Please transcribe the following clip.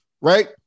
right